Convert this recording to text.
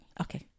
Okay